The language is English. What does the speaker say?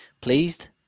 pleased